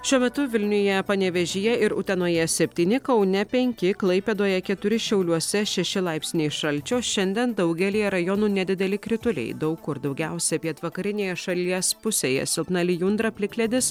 šiuo metu vilniuje panevėžyje ir utenoje septyni kaune penki klaipėdoje keturi šiauliuose šeši laipsniai šalčio šiandien daugelyje rajonų nedideli krituliai daug kur daugiausia pietvakarinėje šalies pusėje silpna lijundra plikledis